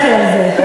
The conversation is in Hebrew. לכי על זה.